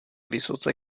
vysoce